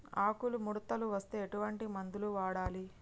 ఆకులు ముడతలు వస్తే ఎటువంటి మందులు వాడాలి?